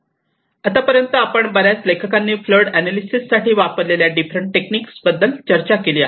पर्यंत आता पर्यंत आपण बऱ्याच लेखकांनी फ्लड अनालिसेस साठी वापरलेल्या डिफरंट टेक्निक बद्दल चर्चा केली आहे